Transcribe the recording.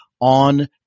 On